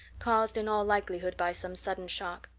caused in all likelihood by some sudden shock.